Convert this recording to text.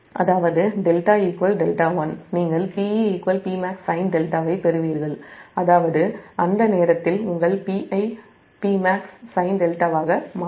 அதாவது δ δ1 நீங்கள் Pe Pmax sinδ1 ஐப் பெறுவீர்கள் அதாவது அந்த நேரத்தில் உங்கள் PiPmax sinδ1 ஆக மாறும்